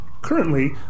currently